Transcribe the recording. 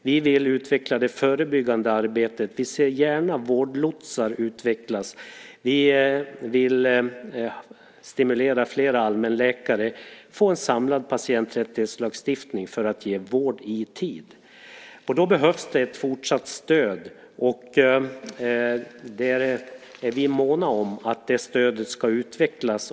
Vi vill utveckla det förebyggande arbetet. Vi ser gärna att vårdlotsar utvecklas, och vi vill stimulera flera allmänläkare till förmån för en samlad patienträttighetslagstiftning för att ge vård i tid. Då behövs det ett fortsatt stöd, och vi är måna om att det stödet ska utvecklas.